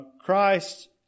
Christ